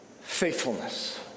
faithfulness